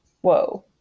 Whoa